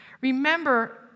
Remember